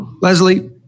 Leslie